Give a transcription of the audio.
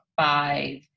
five